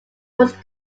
was